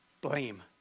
Blame